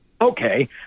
Okay